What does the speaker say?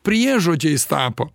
priežodžiais tapo